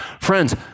Friends